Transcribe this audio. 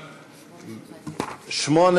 8,